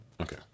okay